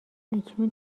اکنون